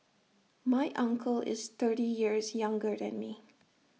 my uncle is thirty years younger than me